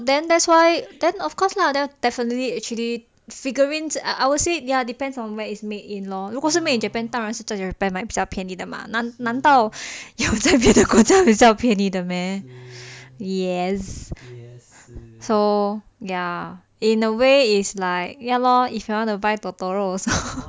then that's why then of course lah that definitely actually figurines are I would say ya depends on where it's made in lor 如果是 made in japan 当然是在 japan 买比较便宜的嘛难道有在别的国家比较便宜的 meh yes so ya in a way it's like ya lor if you want to buy totoro also